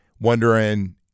wondering